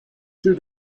two